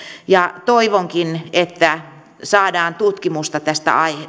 toivonkin että saadaan tutkimusta tästä